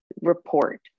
report